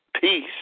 peace